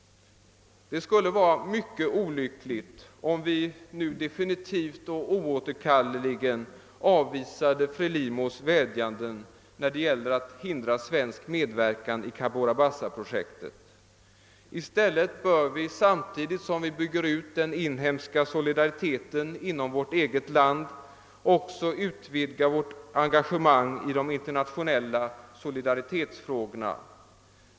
Det skulle vara mycket olyckligt om vi nu definitivt och oåterkalleligen avvisade Frelimos vädjanden när det gäller att hindra svensk medverkan i Cabora Bassa-projektet. I stället bör vi samtidigt som vi bygger ut solidariteten inom vårt eget land också utvidga vårt engagemang i de internationella solidaritetsfrågorna.